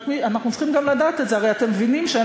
אנחנו צריכים גם לדעת את זה: הרי אתם מבינים שאין